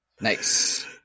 Nice